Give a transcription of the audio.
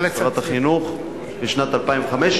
שרת החינוך בשנת 2005,